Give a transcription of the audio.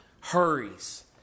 hurries